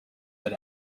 that